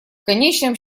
конечном